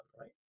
right